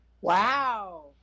wow